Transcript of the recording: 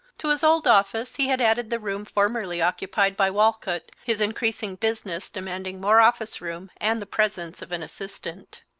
to his old office he had added the room formerly occupied by walcott, his increasing business demanding more office room and the presence of an assistant.